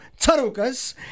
Tarukas